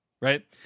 right